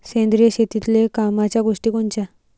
सेंद्रिय शेतीतले कामाच्या गोष्टी कोनच्या?